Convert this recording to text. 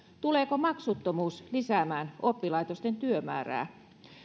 tuleeko maksuttomuus lisäämään oppilaitosten työmäärää